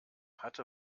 hatte